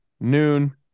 noon